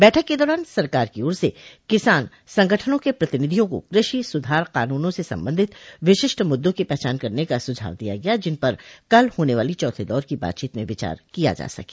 बैठक के दौरान सरकार की ओर से किसान संगठनों के प्रतिनिधियों को कृषि सुधार कानूनों से संबंधित विशिष्ट मुद्दों की पहचान करने का सुझाव दिया गया जिन पर कल होने वाली चौथे दौर की बातचीत में विचार किया जा सके